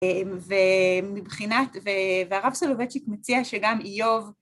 ומבחינת, והרב סולובצ'יק מציע שגם איוב